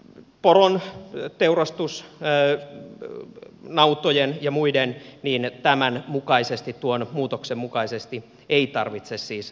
poron teurastuksesta nautojen ja muiden tämän muutoksen mukaisesti ei tarvitse siis ilmoitusta tehdä